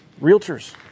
realtors